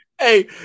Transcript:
Hey